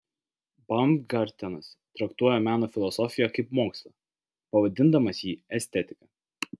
baumgartenas traktuoja meno filosofiją kaip mokslą pavadindamas jį estetika